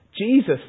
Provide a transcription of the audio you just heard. Jesus